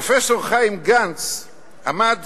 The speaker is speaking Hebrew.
פרופסור חיים גנץ עמד